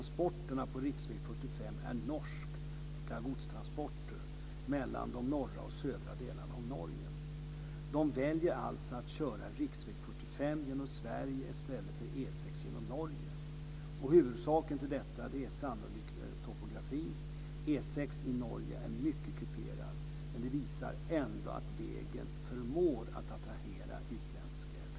45 är norska godstransporter mellan de norra och de södra delarna av Norge. Man väljer alltså att köra riksväg 45 genom Sverige i stället för E 6 genom Norge. Huvudorsaken är sannolikt topografin - E 6 i Norge är mycket kuperad. Men det visar ändå att vägen förmår attrahera utländsk trafik.